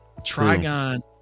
trigon